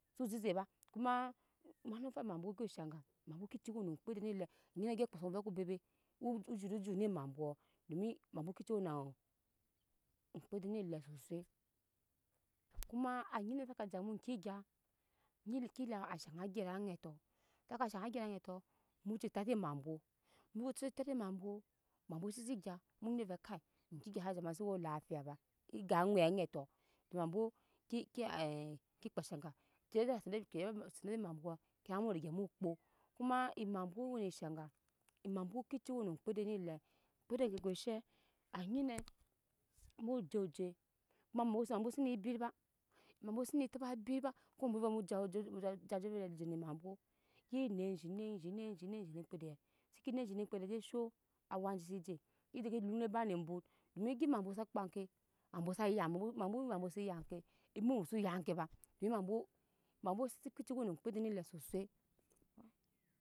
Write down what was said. Su zeze ba koma manufa ema bwo ko enshaga emabwo ke ci weno aŋmpede ne lem anyime gyap ve kpasamu ove ko bebe u u. zhoro jot ne ema bwo domi emabwo keci wena aŋmkpede ne lem su sui koma anyine saka jamu eŋke gya nyi kila a shaŋa agyira aŋɛt to saka shaŋa agyira aŋet to mu cu sate amabwo emabwo sesi gya mu nyi dɛ ve kai eke gya sa jama se wu lapi a ba enyi we aŋɛt to emabwo keke kpa shaga set ne emabwo koma mu riga mu kpo koma emabwo wene ashaga emabwo keci weno oŋmkpede ne lem oŋmkpede ke go she anyine mu ju oje koma mabwo mabwo sine bit ba emabwo sine taba bit ba ko muno ve mu jara oje se jene emabwo ke nɛzhi nɛzhi nɛzhi nɛzhi ne kpede seki nɛzhi ne kpede je sho awa je se je egya ema bwo sa kpa ke mabwo saya mu mabwo saya ke emu muso yake ba domi mabwo mabwo se keci weno oŋkpede ne lem susi.